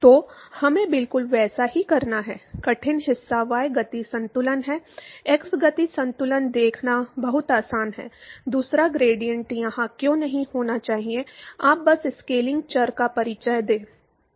तो हमें बिल्कुल वैसा ही करना है कठिन हिस्सा y गति संतुलन है x गति संतुलन देखना बहुत आसान है दूसरा ग्रेडिएंट यहां क्यों नहीं होना चाहिए आप बस स्केलिंग चर का परिचय दें